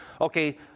okay